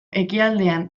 ekialdean